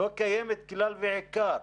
לא קיימת כלל ועיקר.